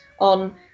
on